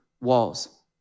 walls